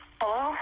Hello